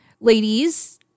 ladies